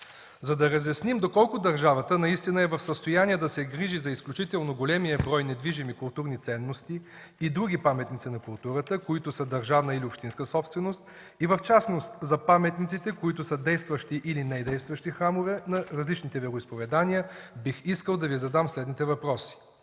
За да разясним доколкото държавата наистина е в състояние да се грижи за изключително големия брой недвижими културни ценности и други паметници на културата, които са държавна или общинска собственост, и в частност за паметниците, които са действащи или недействащи храмове на различни вероизповедания, бих искал да Ви задам следните въпроси: